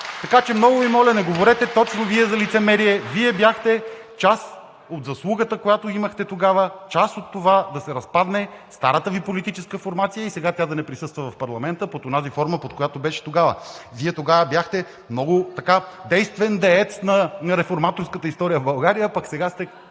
Така че много Ви моля, не говорете точно Вие за лицемерие. Вие бяхте част от заслугата, която имахте тогава, част от това да се разпадне старата Ви политическа формация и сега тя да не присъства в парламента под онази форма, под която беше тогава. Вие тогава бяхте много действен деец на реформаторската история в България, пък сега сте